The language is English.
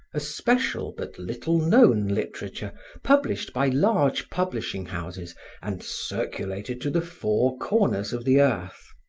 a special but little known literature published by large publishing houses and circulated to the four corners of the earth.